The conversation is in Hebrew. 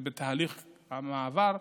זה בתהליך מעבר.